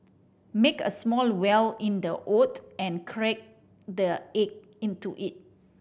make a small well in the oat and crack the egg into it